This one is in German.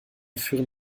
führen